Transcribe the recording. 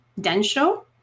Densho